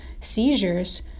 seizures